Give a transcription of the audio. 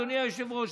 אדוני היושב-ראש,